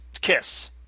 kiss